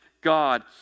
God